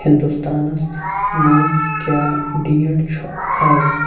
ہِنٛدوستانس منٛز کیٛاہ ڈیٹ چھُ اَز